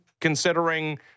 considering